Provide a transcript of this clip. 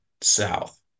south